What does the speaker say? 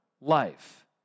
life